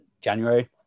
January